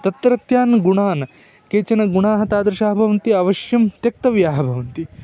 तत्रत्यान् गुणान् केचनगुणाः तादृशाः भवन्ति आवश्यं त्यक्तव्याः भवन्ति